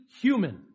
human